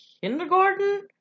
kindergarten